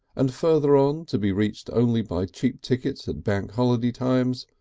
and further on, to be reached only by cheap tickets at bank holiday times,